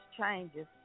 changes